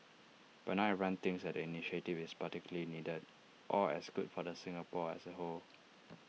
but not everyone thinks the initiative is particularly needed or as good for Singapore as A whole